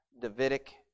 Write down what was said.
Davidic